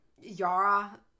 Yara